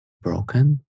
broken